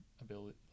ability